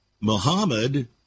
Muhammad